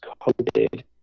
COVID